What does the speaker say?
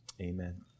Amen